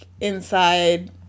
inside